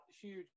huge